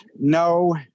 No